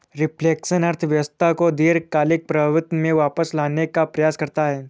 reflection अर्थव्यवस्था को दीर्घकालिक प्रवृत्ति में वापस लाने का प्रयास करता है